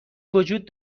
وجود